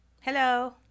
hello